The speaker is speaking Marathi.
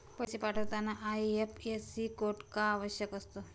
पैसे पाठवताना आय.एफ.एस.सी कोड का आवश्यक असतो?